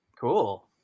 cool